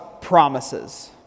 promises